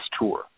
tour